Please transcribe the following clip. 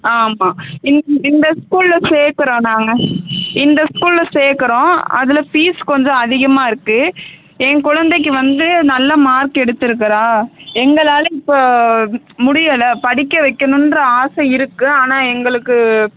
ஆ ஆமாம் இன் இந்த ஸ்கூலில் சேர்க்கறோம் நாங்கள் இந்த ஸ்கூலில் சேர்க்கறோம் அதில் பீஸ் கொஞ்சம் அதிகமாக இருக்குது என் குழந்தைக்கி வந்து நல்ல மார்க் எடுத்திருக்கறா எங்களால் இப்போது முடியலை படிக்க வைக்கணுன்ற ஆசை இருக்குது ஆனால் எங்களுக்கு